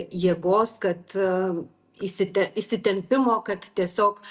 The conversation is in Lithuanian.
jėgos kad įsite įsitempimo kad tiesiog